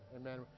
Amen